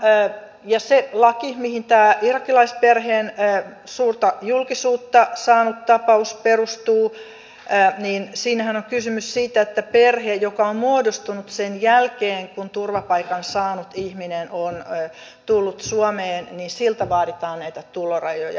siinä laissahan mihin tämä irakilaisperheen suurta julkisuutta saanut tapaus perustuu on kysymys siitä että perheeltä joka on muodostunut sen jälkeen kun turvapaikan saanut ihminen on tullut suomeen vaaditaan näitä tulorajoja